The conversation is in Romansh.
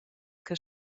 che